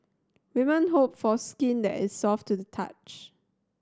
women hope for skin that is soft to the touch